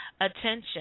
attention